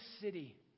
city